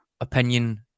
opinion